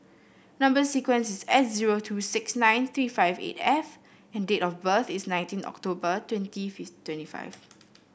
number sequence is S zero two six nine three five eight F and date of birth is nineteen October twenty twenty five